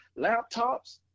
laptops